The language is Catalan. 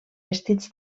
vestits